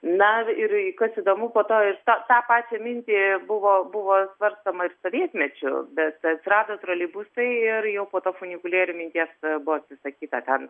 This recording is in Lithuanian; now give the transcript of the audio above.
na ir kas įdomu po to ir ta tą pačią mintį buvo buvo svarstoma ir sovietmečiu bet atsirado troleibusai ir jau po to funikulierių minties buvo atsisakyta ten